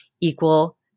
equal